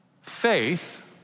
Faith